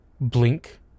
blink